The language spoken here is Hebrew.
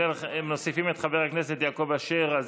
מוסיפים את חבר הכנסת יעקב אשר,